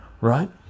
right